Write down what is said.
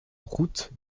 route